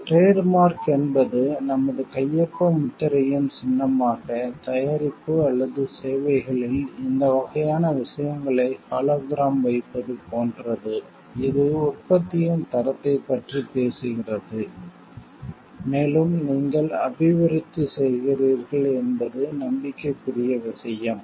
trade mark என்பது நமது கையொப்ப முத்திரையின் சின்னமாக தயாரிப்பு அல்லது சேவைகளில் இந்த வகையான விஷயங்களை ஹாலோகிராம் வைப்பது போன்றது இது உற்பத்தியின் தரத்தைப் பற்றி பேசுகிறது மேலும் நீங்கள் அபிவிருத்தி செய்கிறீர்கள் என்பது நம்பிக்கைக்குரிய விஷயம்